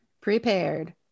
prepared